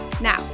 Now